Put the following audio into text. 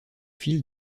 fil